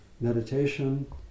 meditation